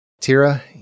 Tira